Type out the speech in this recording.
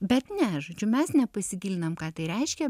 bet ne žodžiu mes nepasigilinam ką tai reiškia